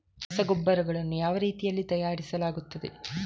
ರಸಗೊಬ್ಬರಗಳನ್ನು ಯಾವ ರೀತಿಯಲ್ಲಿ ತಯಾರಿಸಲಾಗುತ್ತದೆ?